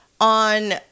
On